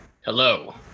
Hello